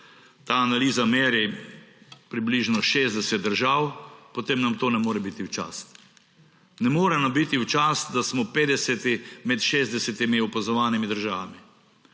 ta analiza meri približno 60 držav, potem nam to ne more biti v čast. Ne more nam biti v čast, da smo 50. med 60 opazovanimi državami.